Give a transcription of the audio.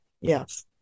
Yes